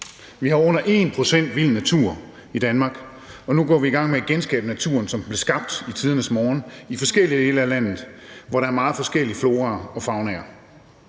Vi har under 1 pct. vild natur i Danmark, men nu går vi i gang med at genskabe naturen, som den blev skabt i tidernes morgen i forskellige dele af landet, hvor der er meget forskellig flora og fauna.